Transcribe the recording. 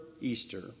Easter